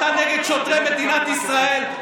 אתה נגד שוטרי מדינת ישראל.